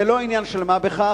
זה לא עניין של מה בכך.